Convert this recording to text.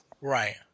Right